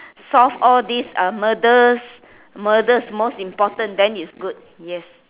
solve all these uh murders murders most important then is good yes